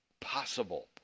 possible